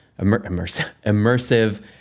immersive